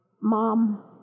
Mom